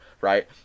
right